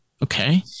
Okay